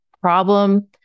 problem